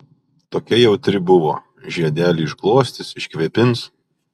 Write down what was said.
tokia jautri buvo žiedelį išglostys iškvėpins